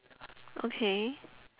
okay